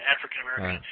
African-American